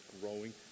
growing